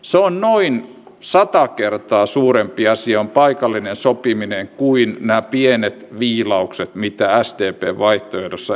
se on noin sata kertaa suurempi asia se paikallinen sopiminen kuin nämä pienet viilaukset mitä sdpn vaihtoehdossa esitetään